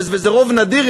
וזה רוב נדיר,